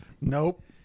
Nope